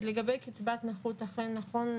אז לגבי קצבת נכות ברור?